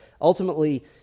ultimately